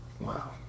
wow